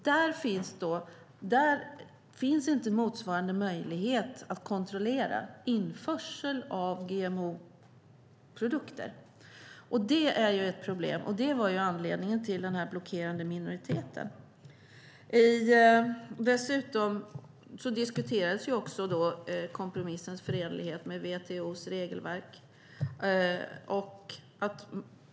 Där finns inte motsvarande möjlighet att kontrollera införsel av GMO-produkter. Det är ju ett problem. Det var anledningen till den blockerande minoriteten. Dessutom diskuterades kompromissens förenlighet med WTO:s regelverk.